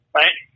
right